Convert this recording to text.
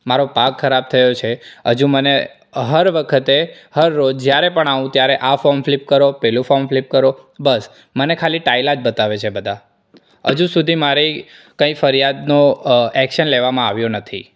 મારો પાક ખરાબ થયો છે હજુ મને હર વખતે હર રોજ જ્યારે પણ આવું ત્યારે આ ફોર્મ ફ્લિપ કરો પેલું ફોર્મ ફ્લિપ કરો બસ મને ખાલી ટાયલા જ બતાવે છે બધા હજુ સુધી મારી કઈ ફરિયાદનું એક્શન લેવામાં આવ્યું નથી